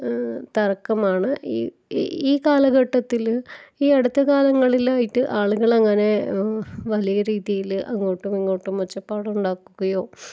തര്ക്കമാണ് ഇ ഈ കാലഘട്ടത്തില് ഈ അടുത്ത കാലങ്ങളിലായിട്ട് ആളുകളങ്ങനെ വലിയ രീതിയില് അങ്ങോട്ടും ഇങ്ങോട്ടും ഒച്ചപ്പാടുണ്ടാക്കുകയോ